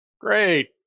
great